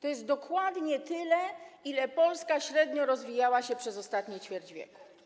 to jest dokładnie tyle, ile Polska średnio rozwijała się przez ostatnie ćwierć wieku.